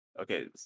Okay